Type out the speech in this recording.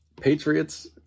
patriots